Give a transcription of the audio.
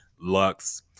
lux